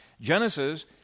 Genesis